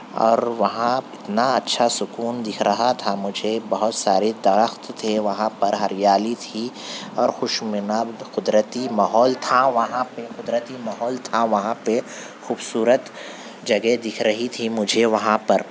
اور وہاں اتنا اچھا سکون دکھ رہا تھا مجھے بہت سارے درخت تھے وہاں پر ہریالی تھی اور خوش نما قدرتی ماحول تھا وہاں پہ قدرتی ماحول تھا وہاں پہ خوبصورت جگہ دکھ رہی تھی مجھے وہاں پر